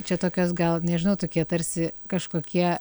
čia tokios gal nežinau tokie tarsi kažkokie